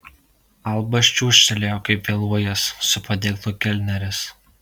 albas čiuožtelėjo kaip vėluojąs su padėklu kelneris